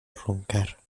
roncar